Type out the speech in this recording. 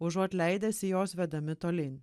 užuot leidęsi jos vedami tolyn